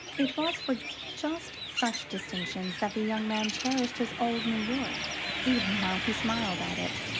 it was for just such distinctions that the young man cherished his old new york even while he smiled at it.